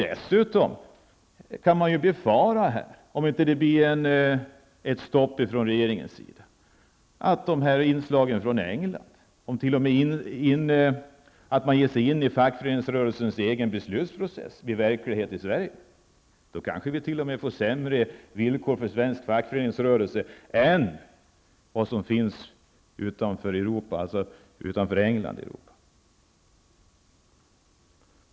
Om det inte blir ett stopp från regeringens sida kan man dessutom befara att inslagen från England där man t.o.m. ger sig in i fackföreningsrörelsens egen beslutsprocess bli verklighet i Sverige. Då kanske vi t.o.m. får sämre villkor för vår fackföreningsrörelse än vad som gäller i övriga Europa, förutom England.